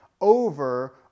over